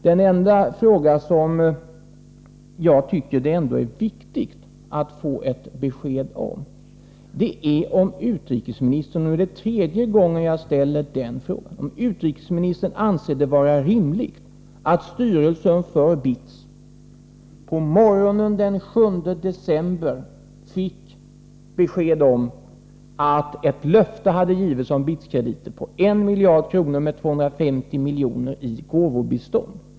Den enda fråga som jag tycker är viktig att få besked i är om utrikesministern — och det är tredje gången som jag ställer den frågan — anser det vara rimligt att styrelsen för BITS på morgonen den 7 december fick besked om att ett löfte hade getts om krediter från BITS på 1 miljard, med 250 milj.kr. i gåvobistånd.